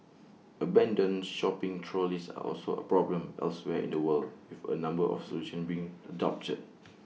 abandoned shopping trolleys are also A problem elsewhere in the world with A number of solutions being adopted